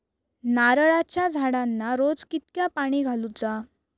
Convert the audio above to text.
नारळाचा झाडांना रोज कितक्या पाणी घालुचा?